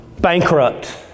bankrupt